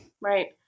Right